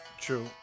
true